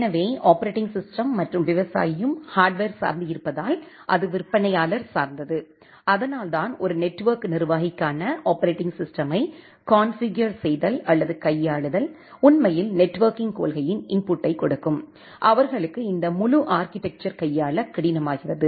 எனவே operating system மற்றும் விவசாயியும் ஹார்ட்வர் சார்ந்து இருப்பதால் அது விற்பனையாளர் சார்ந்தது அதனால்தான் ஒரு நெட்வொர்க் நிர்வாகிக்கான ஆப்பரேட்டிங் சிஸ்டமை கான்ஃபிகர் செய்தல் அல்லது கையாளுதல் உண்மையில் நெட்வொர்க்கிங் கொள்கையின் இன்புட்டைக் கொடுக்கும் அவர்களுக்கு இந்த முழு ஆர்க்கிடெக்சர் கையாள கடினமாகிறது